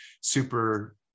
super